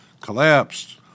collapsed